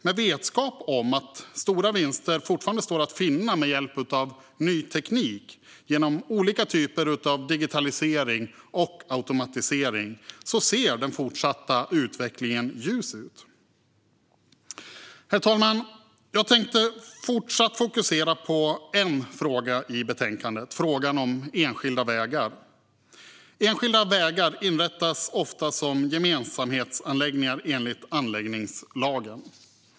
Med vetskap om att stora vinster fortfarande står att finna med hjälp av ny teknik genom olika typer av digitalisering och automatisering ser den fortsatta utvecklingen ljus ut. Herr talman! Jag tänkte fortsatt fokusera på en fråga i betänkandet: frågan om enskilda vägar. Enskilda vägar inrättas oftast som gemensamhetsanläggningar enligt anläggningslagen.